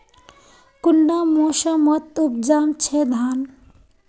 कुंडा मोसमोत उपजाम छै धान?